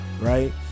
right